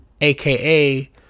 aka